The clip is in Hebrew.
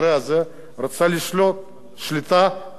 הממשלה רוצה לשלוט שליטה טוטלית,